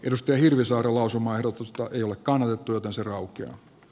james hirvisaaren lausumaehdotusta ei ole kannatettu joten se raukeaa